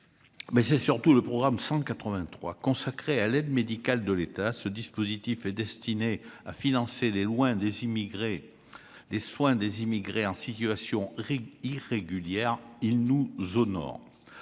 mais c'est surtout le programme 183 consacrée à l'aide médicale de l'État, ce dispositif est destiné à financer les loin des immigrés, des soins des immigrés en situation irrégulière, ils nous honore